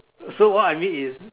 so what I mean is